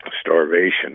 starvation